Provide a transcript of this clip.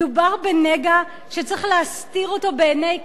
מדובר בנגע, שצריך להסתיר אותו מעיני כול.